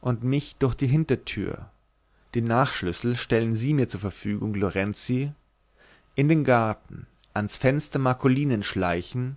und mich durch die hintertür den nachschlüssel stellen sie mir zur verfügung lorenzi in den garten ans fenster marcolinens schleichen